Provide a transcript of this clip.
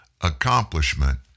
accomplishment